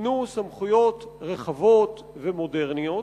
ניתנו סמכויות רחבות ומודרניות,